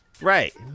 Right